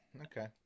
Okay